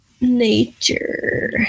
Nature